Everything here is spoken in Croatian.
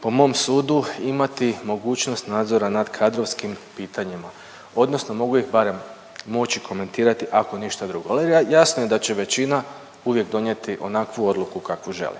po mom sudu imati mogućnost nadzora nad kadrovskim pitanjima odnosno mogu ih barem moći komentirati ako ništa drugo. Kolega jasno je da će većina uvijek donijeti onakvu odluku kakvu želi